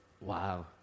Wow